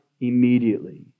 immediately